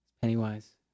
Pennywise